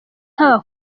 haba